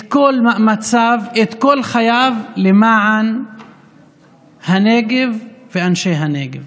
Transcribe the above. את כל מאמציו, את כל חייו, למען הנגב ואנשי הנגב.